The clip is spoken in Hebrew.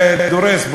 דורס,